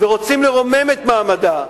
ורוצים לרומם את מעמדה.